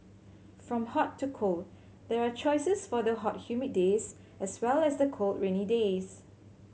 from hot to cold there are choices for the hot humid days as well as the cold rainy days